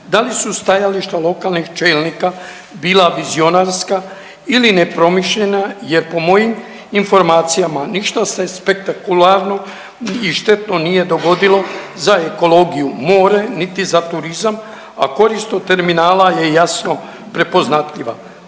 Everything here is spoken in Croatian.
da li su stajališta lokalnih čelnika bila vizionarska ili nepromišljena jer po mojim informacijama ništa se spektakularno i štetno nije dogodilo za ekologiju, more, niti za turizam, a korist od terminala je jasno prepoznatljiva.